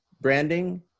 Branding